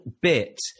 bit